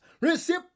receive